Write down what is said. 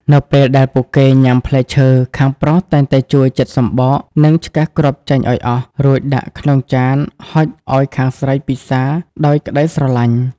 នៅពេលដែលពួកគេញ៉ាំផ្លែឈើ ខាងប្រុសតែងតែជួយចិតសំបក និងឆ្កឹះគ្រាប់ចេញឱ្យអស់ រួចដាក់ក្នុងចានហុចឱ្យខាងស្រីពិសារដោយក្ដីស្រឡាញ់។